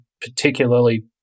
particularly –